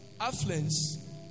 affluence